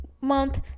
month